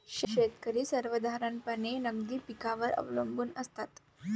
शेतकरी सर्वसाधारणपणे नगदी पिकांवर अवलंबून असतात